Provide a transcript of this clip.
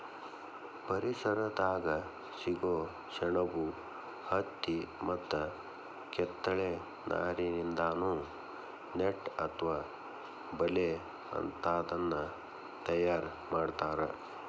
ಪರಿಸರದಾಗ ಸಿಗೋ ಸೆಣಬು ಹತ್ತಿ ಮತ್ತ ಕಿತ್ತಳೆ ನಾರಿನಿಂದಾನು ನೆಟ್ ಅತ್ವ ಬಲೇ ಅಂತಾದನ್ನ ತಯಾರ್ ಮಾಡ್ತಾರ